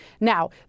Now